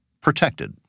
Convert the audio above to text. protected